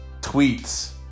tweets